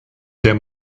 der